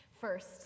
First